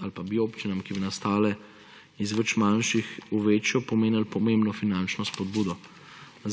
ali pa bi občinam, ki bi nastale iz več manjših v večjo, pomenilo pomembno finančno spodbudo.